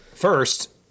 First